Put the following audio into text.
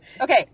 Okay